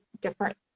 different